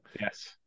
yes